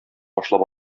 башлап